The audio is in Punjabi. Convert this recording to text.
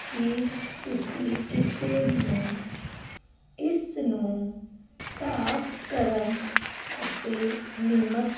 ਕੀ ਤੁਸੀਂ ਕਿਸੇ ਨੂੰ ਇਸ ਨੂੰ ਸਾਫ਼ ਕਰਨ ਅਤੇ ਨਿਯਮਤ